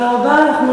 תודה רבה.